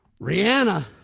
Rihanna